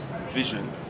vision